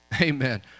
Amen